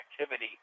activity